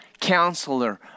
Counselor